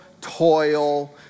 toil